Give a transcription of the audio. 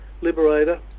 Liberator